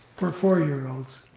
for four year olds?